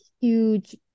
huge